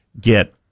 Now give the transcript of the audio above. get